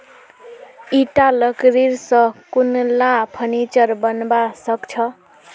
ईटा लकड़ी स कुनला फर्नीचर बनवा सख छ